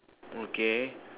okay